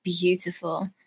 beautiful